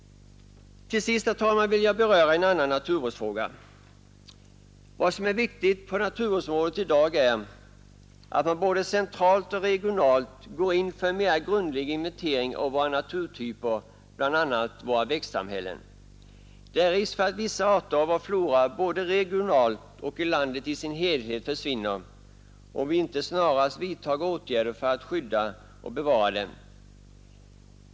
Till sist, herr talman, vill jag beröra en annan naturvård sfråga. Vad som är viktigt på naturvårdsområdet i dag är att man både centralt och regionalt går in för en mera grundlig inventering av våra naturtyper, bl.a. våra växtsamhällen. Det är risk för att vissa arter i vår flora både regionalt och i landet som helhet försvinner, om vi inte snarast vidtar åtgärder för att skydda och bevara dem.